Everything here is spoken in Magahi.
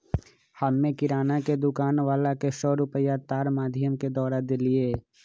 हम्मे किराना के दुकान वाला के सौ रुपईया तार माधियम के द्वारा देलीयी